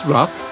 Rock